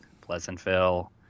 Pleasantville